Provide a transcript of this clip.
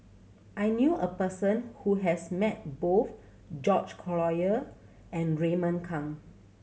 I knew a person who has met both George Collyer and Raymond Kang